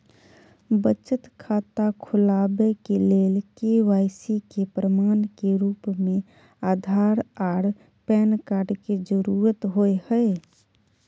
बचत खाता खोलाबय के लेल के.वाइ.सी के प्रमाण के रूप में आधार आर पैन कार्ड के जरुरत होय हय